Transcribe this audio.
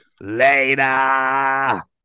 later